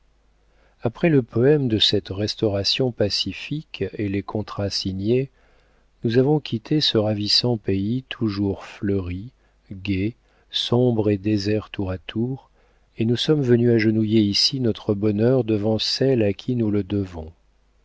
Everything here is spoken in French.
après le poëme de cette restauration pacifique et les contrats signés nous avons quitté ce ravissant pays toujours fleuri gai sombre et désert tour à tour et nous sommes venus agenouiller ici notre bonheur devant celle à qui nous le devons